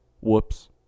whoops